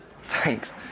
Thanks